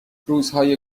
روزهای